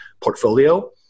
portfolio